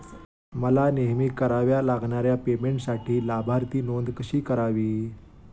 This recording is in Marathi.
मला नेहमी कराव्या लागणाऱ्या पेमेंटसाठी लाभार्थी नोंद कशी करावी?